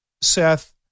Seth